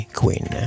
queen